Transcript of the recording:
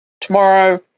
Tomorrow